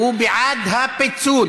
הוא בעד הפיצול.